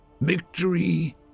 Victory